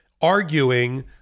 arguing